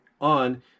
on